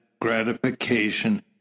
gratification